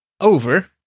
over